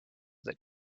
that